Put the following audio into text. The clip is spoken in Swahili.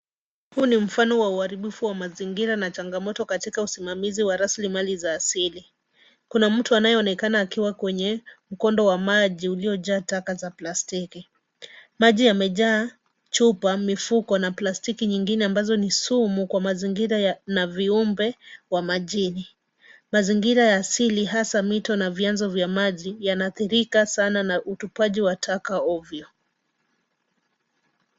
Huu ni mfano wa uharibifu wa mazingira na changamoto katika usimamizi wa rasilimali za asili. Kuna mtu anayeonekana akiwa kwenye mkondo wa maji uliyojaa taka za plastiki. Maji yamejaa chupa, mifuko na plastiki nyingine ambazo ni sumu kwa mazingira na viumbe wa majini. Mazingira ya asili hasa mito na vyanzo vya maji yanaathirika sana na utupaji wa taka ovyo.